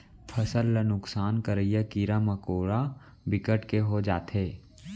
फसल ल नुकसान करइया कीरा मकोरा बिकट के हो जाथे